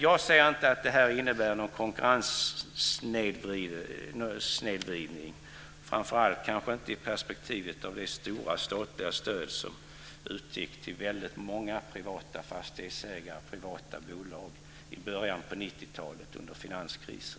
Jag ser inte att detta innebär någon konkurrenssnedvridning, framför allt inte i perspektivet av det stora statliga stöd som utgick till många privata fastighetsägare och privata bolag i början på 1990-talet, under finanskrisen.